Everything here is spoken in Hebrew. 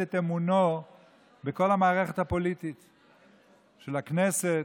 את אמונו בכל המערכת הפוליטית של הכנסת,